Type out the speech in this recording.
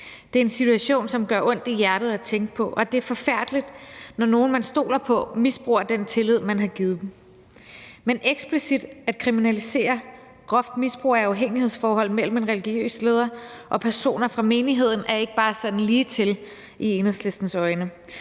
Det er en situation, som gør ondt i hjertet at tænke på, og det er forfærdeligt, når nogen, man stoler på, misbruger den tillid, man har givet dem. Men eksplicit at kriminalisere groft misbrug af afhængighedsforhold mellem en religiøs leder og personer fra menigheden er ikke bare sådan ligetil i Enhedslistens øjne.